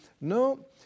No